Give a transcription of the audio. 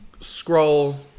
scroll